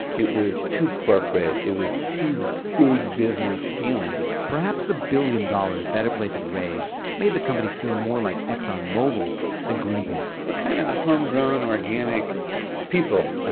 it was too corporate. it was too big-business feeling perhaps the billion dollars better place had raised, made the company seem more like exxonmobil than greenpeace we're kind of home-grown, organic people.